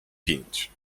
pięć